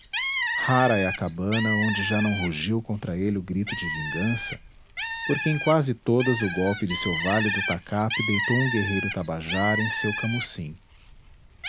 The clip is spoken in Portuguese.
rara é a cabana onde já não rugiu contra ele o grito de vingança porque em quase todas o golpe de seu válido tacape deitou um guerreiro tabajara em seu camucim